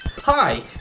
Hi